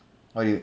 what you